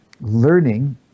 learning